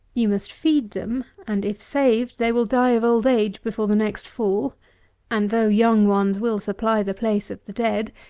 you must feed them and, if saved, they will die of old age before the next fall and though young ones will supply the place of the dead,